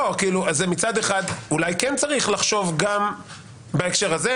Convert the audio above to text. מצד אחד אולי כן צריך לחשוב גם בהקשר זה.